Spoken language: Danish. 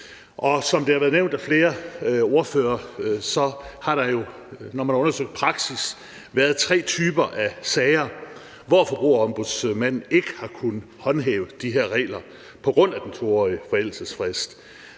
Som det har været nævnt af flere ordførere, har der jo, når man har undersøgt praksis, været tre typer af sager, hvor Forbrugerombudsmanden ikke har kunnet håndhæve de her regler på grund af den 2-årige forældelsesfrist.